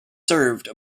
served